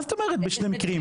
מה זאת אומרת בשני מקרים?